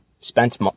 Spent